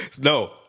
No